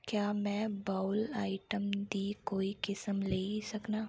क्या में bowl item दी कोई किसम लेई सकनां